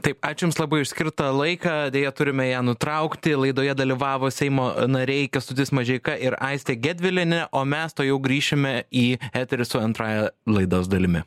taip ačiū jums labai už skirtą laiką deja turime ją nutraukti laidoje dalyvavo seimo nariai kęstutis mažeika ir aistė gedvilienė o mes tuojau grįšime į eterį su antrąja laidos dalimi